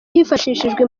hifashishijwe